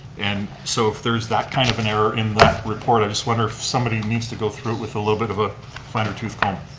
and so, if there's that kind of an error in that report, i just wonder if somebody needs to go through it with a little bit of a finer tooth comb.